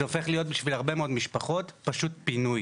זה הופך להיות בשביל הרבה מאוד משפחות פשוט פינוי.